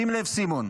שים לב, סימון,